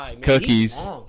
Cookies